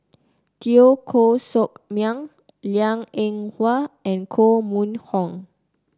Teo Koh Sock Miang Liang Eng Hwa and Koh Mun Hong